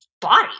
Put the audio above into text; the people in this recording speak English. body